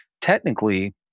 technically